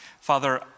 Father